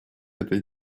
этой